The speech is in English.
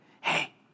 hey